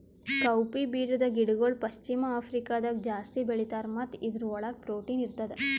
cowpea ಬೀಜದ ಗಿಡಗೊಳ್ ಪಶ್ಚಿಮ ಆಫ್ರಿಕಾದಾಗ್ ಜಾಸ್ತಿ ಬೆಳೀತಾರ್ ಮತ್ತ ಇದುರ್ ಒಳಗ್ ಪ್ರೊಟೀನ್ ಇರ್ತದ